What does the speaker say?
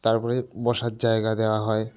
তারপরে বসার জায়গা দেওয়া হয়